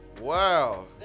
Wow